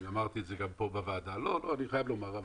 זה משהו שאני חייב לומר.